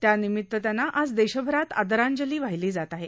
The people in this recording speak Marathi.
त्यानिमित त्यांना आज देशभरात आदरांजली वाहिली जात आहे